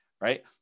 Right